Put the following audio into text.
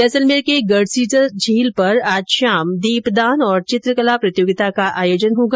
जैसलमेर के गढ़सीसर झील पर आज शाम दीपदान और चित्रकला प्रतियोगिता का आयोजन होगा